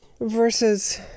versus